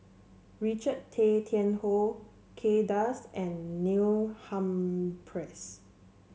Richard Tay Tian Hoe Kay Das and Neil Humphreys